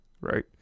right